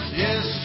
yes